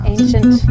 Ancient